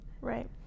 Right